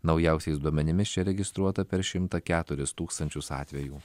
naujausiais duomenimis čia registruota per šimtą keturis tūkstančius atvejų